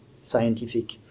scientific